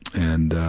and ah,